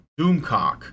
Doomcock